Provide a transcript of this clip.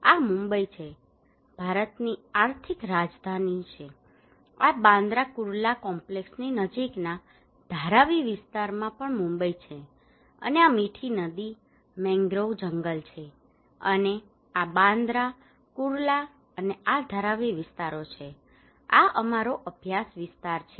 આ મુંબઇ છે ભારતની આર્થિક રાજધાની છે આ બાંદ્રા કુર્લા કોમ્પ્લેક્ષની નજીકના ધારાવી વિસ્તારમાં પણ મુંબઇ છે અને આ મીઠી નદી મેંગ્રોવ જંગલ છે અને આ બાંદ્રા કુર્લા છે અને આ ધારાવી વિસ્તારો છે આ અમારો અભ્યાસ વિસ્તાર છે